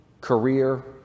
career